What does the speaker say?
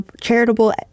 charitable